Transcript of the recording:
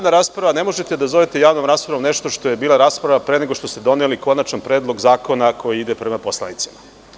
Ne možete da zovete javnom raspravom nešto što je bila javna rasprava pre nego što ste doneli konačan predlog zakona koji ide prema poslanicima.